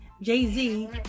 Jay-Z